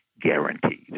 guaranteed